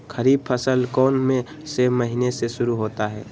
खरीफ फसल कौन में से महीने से शुरू होता है?